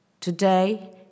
Today